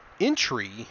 entry